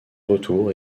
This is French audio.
retour